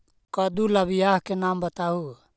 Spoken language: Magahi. कददु ला बियाह के नाम बताहु?